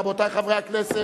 רבותי חברי הכנסת,